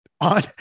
on